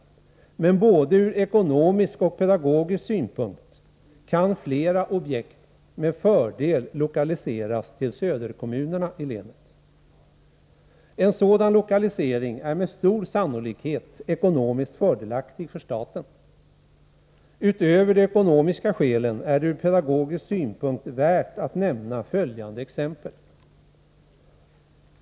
Men ur både ekonomisk och pedagogisk synpunkt kan flera objekt med fördel lokaliseras till söderkommunerna i länet. En sådan lokalisering är med stor sannolikhet ekonomiskt fördelaktig för staten. Utöver de ekonomiska skälen är det ur pedagogisk synpunkt värt att nämna följande exempel.